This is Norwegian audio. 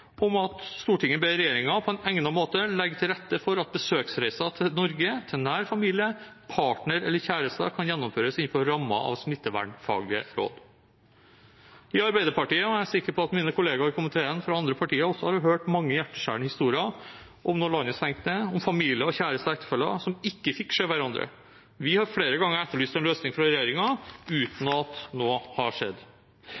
om at «Stortinget ber regjeringen på egnet måte legge til rette for at besøksreiser til Norge til nær familie, partner eller kjæreste kan gjennomføres innenfor rammen av smittevernfaglige råd». Vi i Arbeiderpartiet, og sikkert mange av mine kollegaer fra andre partier i komiteen, har hørt mange hjerteskjærende historier om da landet stengte ned, om familier, kjærester og ektefeller som ikke fikk se hverandre. Vi har flere ganger etterlyst en løsning fra regjeringen uten